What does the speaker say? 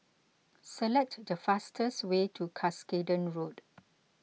select the fastest way to Cuscaden Road